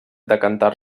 decantar